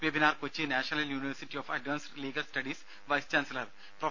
webinar Kochi national university of advanced legal studies vice chancellor prof